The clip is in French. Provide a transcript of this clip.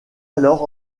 alors